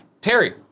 Terry